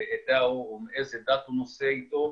עדה הוא או איזה דת הוא נושא איתו,